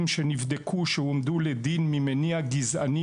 שנבדקו שהועמדו לדין ממניע גזעני,